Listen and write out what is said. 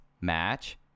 match